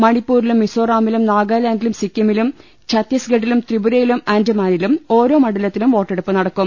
മണിപ്പൂരിലും മിസോറാമിലും നാഗാലാന്റിലും സിക്കിമിലും ഛത്തീസ്ഗഢിലും ത്രിപുരയിലും ആന്റമാനിലും ഒരോ മണ്ഡലത്തിലും വോട്ടെടുപ്പ് നടക്കും